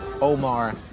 Omar